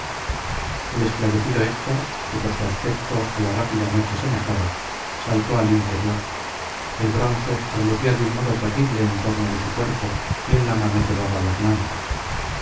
el esclarecido héctor que por su aspecto á la rápida noche semejaba saltó al interior el bronce relucía de un modo terrible en torno de su cuerpo y en la mano llevaba dos lanzas